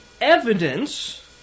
evidence